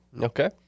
Okay